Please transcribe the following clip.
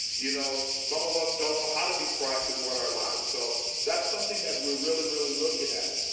you know some of us don't know how to be proactive with our lives. so that's something that we're really really looking at.